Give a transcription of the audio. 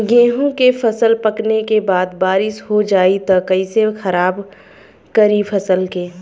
गेहूँ के फसल पकने के बाद बारिश हो जाई त कइसे खराब करी फसल के?